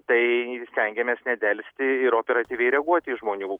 tai stengiamės nedelsti ir operatyviai reaguoti į žmonių